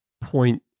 point